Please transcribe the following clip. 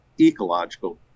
ecological